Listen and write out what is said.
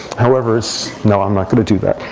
however so no, i'm not going to do that.